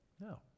No